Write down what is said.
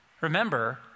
Remember